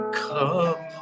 come